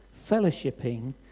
fellowshipping